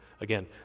Again